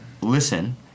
listen